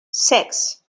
six